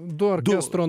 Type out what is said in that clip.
du orkestro